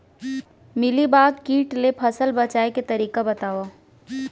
Mealybug किट ले फसल बचाए के तरीका बतावव?